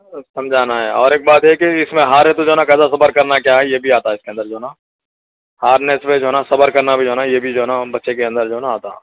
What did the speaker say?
آ سمجھانا ہے اور ایک بات یہ ہے کہ اِس میں ہارے تو جو ہے نا کیسا صبر کرنا کیا ہے یہ بھی آتا ہے اِس کے اندر جو ہے نا ہارنے سے جو ہے نا صبر کرنا بھی جو ہے نا یہ بھی جو ہے نا بچے کے اندر جو ہے نا آتا